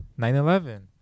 9-11